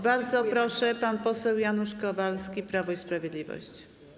Bardzo proszę, pan poseł Janusz Kowalski, Prawo i Sprawiedliwość.